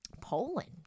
poland